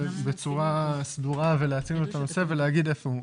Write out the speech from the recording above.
בצורה סדורה והוצג לו את הנושא ולהגיד איפה הוא.